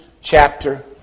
chapter